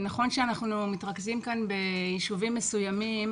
נכון שאנחנו מתרכזים כאן ביישובים מסוימים,